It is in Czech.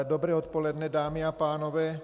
Dobré odpoledne, dámy a pánové.